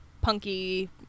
punky